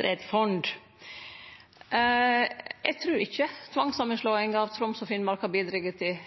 det er eit fond. Eg trur ikkje tvangssamanslåing av Troms og Finnmark har bidrege til